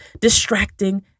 distracting